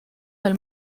del